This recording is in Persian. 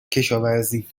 کشاورزی